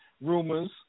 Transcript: rumors